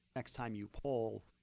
next time you poll,